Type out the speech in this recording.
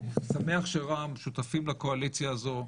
אני שמח שרע"מ שותפים לקואליציה הזו.